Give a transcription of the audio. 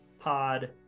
pod